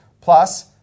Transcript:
Plus